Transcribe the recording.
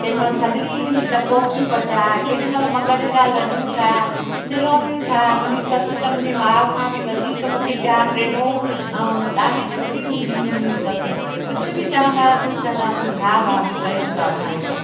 केॾीमहिल थधिड़ी ईंदी त कोकियूं पचाए केॾीमहिल मगज जा लडू ठाहे सिलोनियूं ठाहे मुंहिंजी सस त मुंहिंजे माउ खां बि वधीक मूंखे प्यार ॾिनो ऐं ॾाढी सुठी हूंदी हुई मुंहिंजी ससु कुझु बि चवंदा हुआसीं चवंदासीं हा भाभी कयूं था असां हे कमु